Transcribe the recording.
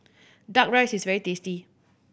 Duck Rice is very tasty